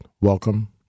welcome